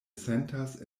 sentas